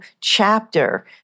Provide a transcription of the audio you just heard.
chapter